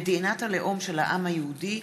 מדינת הלאום של העם היהודי,